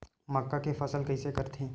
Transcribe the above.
मक्का के फसल कइसे करथे?